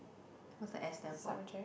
what's the S stand for